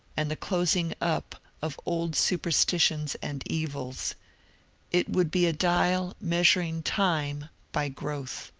and the closing up of old superstitions and evils it would be a dial measuring time by growth.